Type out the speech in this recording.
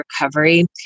recovery